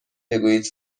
بگویید